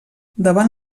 davant